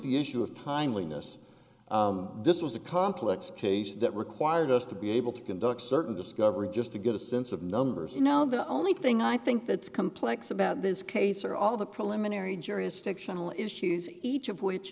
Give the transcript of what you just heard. the issue of timeliness this was a complex case that required us to be able to conduct certain discovery just to get a sense of numbers you know the only thing i think that's complex about this case are all the preliminary jurisdictional issues each of which